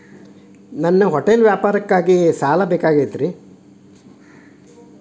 ನನ್ನ ಹೋಟೆಲ್ ವ್ಯಾಪಾರಕ್ಕಾಗಿ ಸಾಲ ಬೇಕು